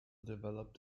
developed